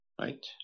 right